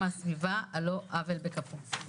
מן הסביבה על לא עוול בכפו.